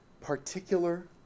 particular